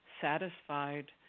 satisfied